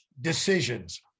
decisions